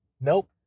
nope